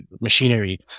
machinery